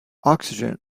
oxygen